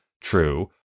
true